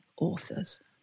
author's